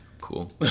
cool